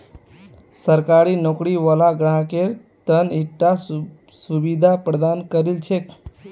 सरकारी नौकरी वाला ग्राहकेर त न ईटा सुविधा प्रदान करील छेक